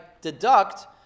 deduct